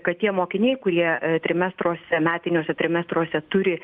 kad tie mokiniai kurie trimestruose metiniuose trimestruose turi